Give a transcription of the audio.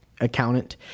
accountant